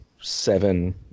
seven